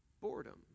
boredom